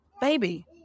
baby